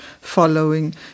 following